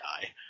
die